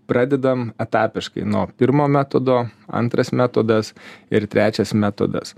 pradedam etapiškai nuo pirmo metodo antras metodas ir trečias metodas